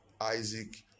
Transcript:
Isaac